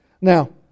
Now